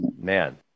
Man